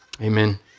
Amen